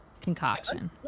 concoction